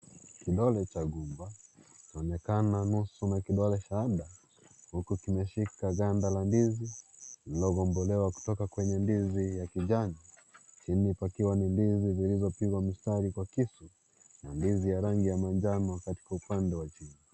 Kidole cha gumba chaonekana nusu na kidole cha shada huku kimeshika ganda la ndizi lililogombolewa kutoka kwenye ndizi la kijani chini pakiwa ni ndizi zilizopigwa mstari kwa kisu na ndizi ya rangi ya majano katika upande wa chini.